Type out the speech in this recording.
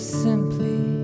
simply